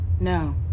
No